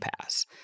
Pass